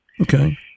Okay